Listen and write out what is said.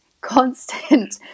constant